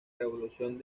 revolución